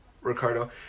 Ricardo